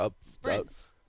Sprints